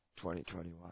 2021